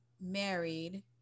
married